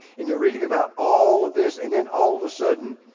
and you're reading about all of this and then all of a sudden,